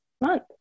month